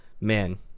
man